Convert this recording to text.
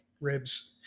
Ribs